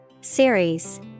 Series